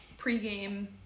pregame